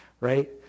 right